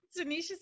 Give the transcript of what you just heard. Tanisha